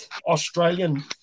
Australian